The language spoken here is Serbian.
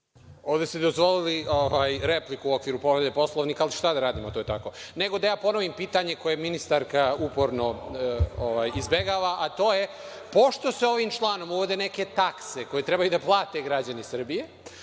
Ovde ste dozvolili repliku u okviru Poslovnika, ali šta da radimo, to je tako. Nego, ponovio bih pitanje koje ministarka uporno izbegava, a to je - pošto se ovim članom uvode neke takse koje trebaju i da plate građani Srbije,